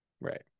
Right